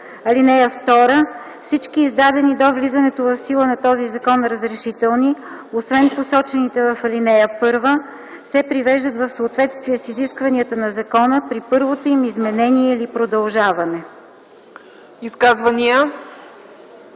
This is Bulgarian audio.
сила. (2) Всички издадени до влизането в сила на този закон разрешителни, освен посочените в ал. 1, се привеждат в съответствие с изискванията на закона при първото им изменение или продължаване.”